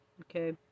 Okay